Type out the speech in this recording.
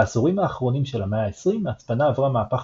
בעשורים האחרונים של המאה העשרים ההצפנה עברה מהפך